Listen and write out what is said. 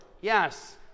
Yes